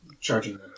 charging